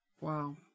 Wow